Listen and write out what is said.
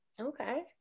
okay